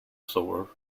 sewer